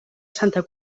santa